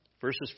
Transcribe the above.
Verses